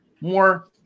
more